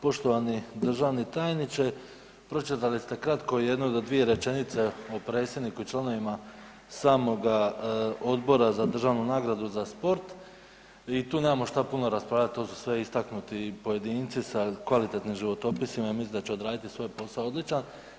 Poštovani državni tajniče, pročitali ste kratko, 1-2 rečenice o predsjedniku i članovima samoga Odbora za državnu nagradu za sport i tu nemamo što puno raspravljati, tu su sve istaknuti pojedinci sa kvalitetnim životopisima, mislim da će odraditi svoj posao odličan.